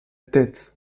tête